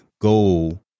goal